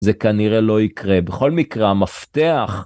זה כנראה לא יקרה, בכל מקרה, המפתח.